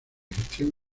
gestión